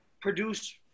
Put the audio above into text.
produce